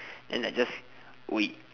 then I just we